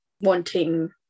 wanting